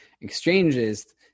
exchanges